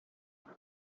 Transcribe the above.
rye